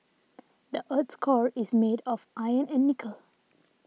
the earth's core is made of iron and nickel